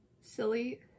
silly